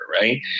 Right